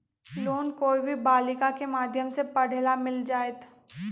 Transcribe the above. Loan कोई भी बालिका के माध्यम से पढे ला मिल जायत?